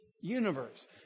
universe